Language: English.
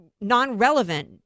non-relevant